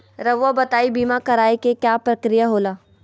रहुआ बताइं बीमा कराए के क्या प्रक्रिया होला?